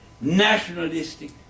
nationalistic